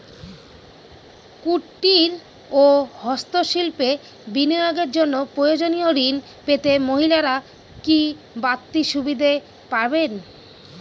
কুটীর ও হস্ত শিল্পে বিনিয়োগের জন্য প্রয়োজনীয় ঋণ পেতে মহিলারা কি বাড়তি সুবিধে পাবেন?